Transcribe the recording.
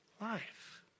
life